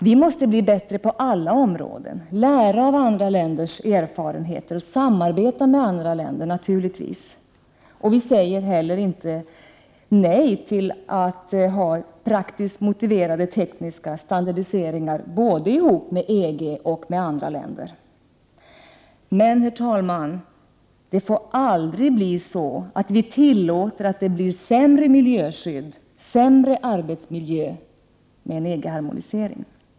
Vi måste bli bättre på alla områden, lära av andra länders erfarenheter, samarbeta med andra naturligtvis, och vi har heller inget emot praktiskt motiverade tekniska standardiseringar både med EG-länder och med andra länder. Men, herr talman, vi får aldrig tillåta att det blir sämre miljöskydd och sämre arbetsmiljö med en EG-harmonisering.